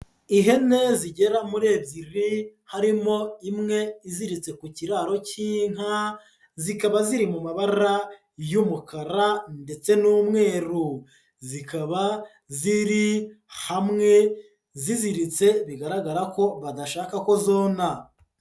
Ihene zigera muri ebyiri, harimo imwe iziritse ku kiraro cy'inka, zikaba ziri mu mabara y'umukara ndetse n'umweru, zikaba ziri hamwe ziziritse bigaragara ko badashaka ko zona.